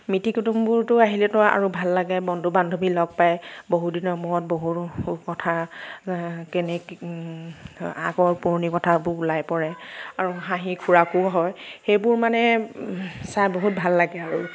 মিতিৰ কুটুমবোৰটো আহিলেটো আৰু ভাল লাগে বন্ধু বান্ধৱী লগ পাই বহু দিনৰ মূৰত বহু কথা আগৰ পুৰণি কথাবোৰ ওলাই পৰে আৰু হাঁহিৰ খোৰাকো হয় সেইবোৰ মানে চাই বহুত ভাল লাগে আৰু